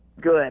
Good